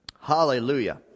Hallelujah